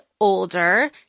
older